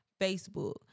Facebook